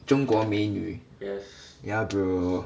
中国美女 yeah bro